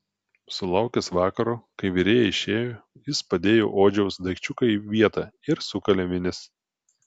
sulaukęs vakaro kai virėja išėjo jis padėjo odžiaus daikčiuką į vietą ir sukalė vinis